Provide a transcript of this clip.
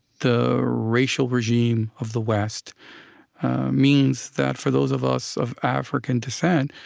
the racial regime of the west means that, for those of us of african descent,